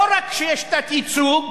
לא רק שיש תת-ייצוג,